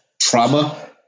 trauma